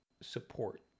support